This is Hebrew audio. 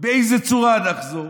ובאיזו צורה נחזור,